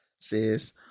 says